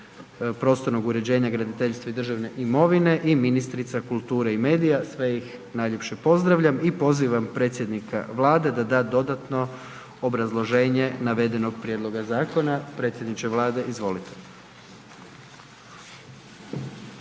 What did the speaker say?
prostornog uređenja i graditeljstva i državne imovine i ministrica kulture i medija. Sve ih najljepše pozdravljam i pozivam predsjednika Vlade da da dodatno obrazloženje navedenog prijedloga zakona. Predsjedniče Vlade, izvolite.